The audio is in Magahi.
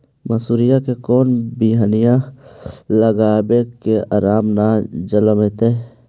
मसुरी के कोन बियाह लगइबै की अमरता न जलमतइ?